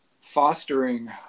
fostering